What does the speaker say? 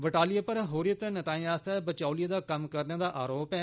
बटाली पर हुर्रियत नेताएं आस्तै बिचौलिए दा कम्म करने दा आरोप ऐ